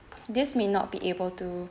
this may not be able to